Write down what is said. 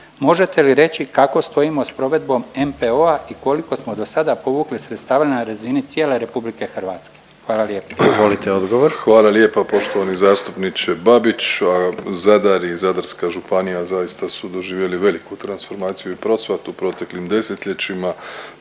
Možete li reći kako stojimo s provedbom NPOO-a i koliko smo do sada povukli sredstava na razini cijele RH? Hvala lijepa. **Jandroković, Gordan (HDZ)** Izvolite odgovor. **Plenković, Andrej (HDZ)** Hvala lijepa poštovani zastupniče Babić. Zadar i Zadarska županija zaista su doživjeli veliku transformaciju i procvat u proteklim desetljećima.